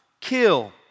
kill